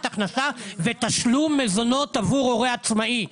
הכנסה ותשלום מזונות עבור הורה עצמאי".